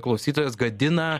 klausytojas gadina